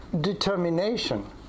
determination